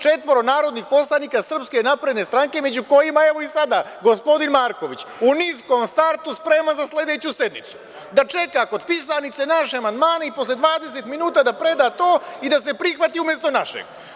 Četvoro narodnih poslanika SNS-a, među kojima je, evo i sada, gospodin Marković, u niskom startu spreman za sledeću sednicu, da čeka kod pisarnice naše amandmane i posle 20 minuta da preda to i da se prihvati umesto našeg.